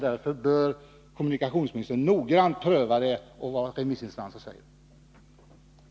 Därför bör kommunikationsministern noggrant pröva förslaget och se vad remissinstanserna säger innan han lämnar något förslag till riksdagen.